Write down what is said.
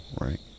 Right